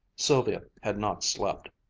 sylvia had not slept.